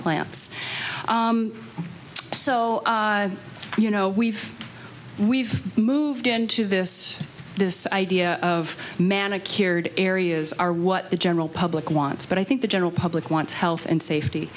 plants so you know we've we've moved into this this idea of manicured areas are what the general public wants but i think the general public wants health and safety